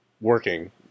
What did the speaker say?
working